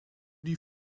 die